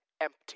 empty